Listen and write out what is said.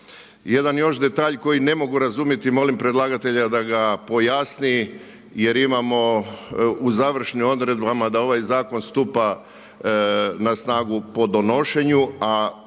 Jedan još detalj koji ne mogu razumjeti i molim predlagatelja da ga pojasni jer imamo u završnim odredbama da ovaj zakon stupa na snagu po donošenju, a